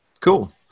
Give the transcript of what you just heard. Cool